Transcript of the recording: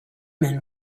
men